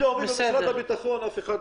נקודה